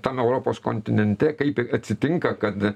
tam europos kontinente kaip atsitinka kad